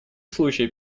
случае